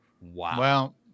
Wow